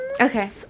Okay